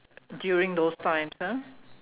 during those times ya